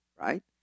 right